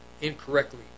incorrectly